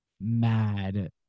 mad